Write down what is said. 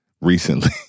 recently